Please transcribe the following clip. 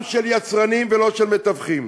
עם של יצרנים ולא של מתווכים.